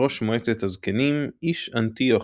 ראש מועצת הזקנים איש אנטיוכיה”.